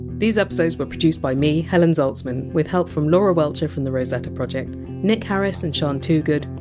these episodes were produced by me, helen zaltzman, with help from laura welcher from the rosetta project nick harris and sian toogood,